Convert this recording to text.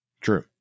True